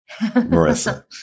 Marissa